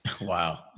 Wow